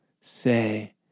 say